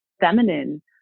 feminine